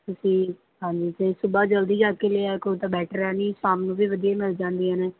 ਤੁਸੀਂ ਹਾਂਜੀ ਅਤੇ ਸੁਬਾਹ ਜਲਦੀ ਜਾ ਕੇ ਲਿਆ ਕਰੋ ਤਾਂ ਬੈਟਰ ਆ ਨਹੀਂ ਸ਼ਾਮ ਨੂੰ ਵੀ ਵਧੀਆ ਮਿਲ ਜਾਂਦੀਆਂ ਨੇ